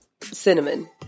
cinnamon